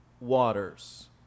waters